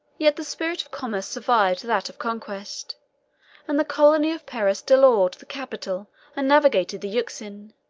yet the spirit of commerce survived that of conquest and the colony of pera still awed the capital and navigated the euxine,